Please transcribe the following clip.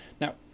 Now